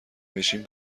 بشیم